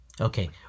okay